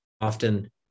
often